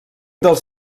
dels